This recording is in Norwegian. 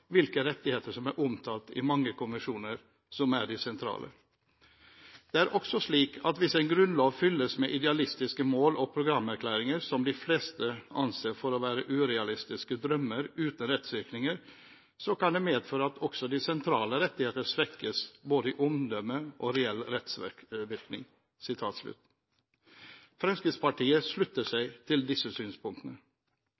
hvilke rettigheter som er omtalt i mange konvensjoner som er de sentrale. Det er også slik at hvis en grunnlov fylles med idealistiske mål og programerklæringer som de fleste anser for å være urealistiske drømmer uten rettsvirkninger så kan det medføre at også de sentrale rettigheter svekkes både i omdømme og reell rettsvirkning.» Fremskrittspartiet slutter seg